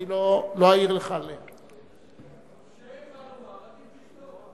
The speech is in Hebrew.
אני לא אגיד לך, כשאין מה לומר עדיף לשתוק.